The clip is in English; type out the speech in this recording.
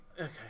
Okay